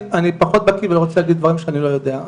אני פחות בקיא ואני לא רוצה להגיד דברים שאני לא יודע,